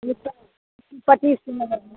ये तो पच्चीस किलो लगभग